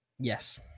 Yes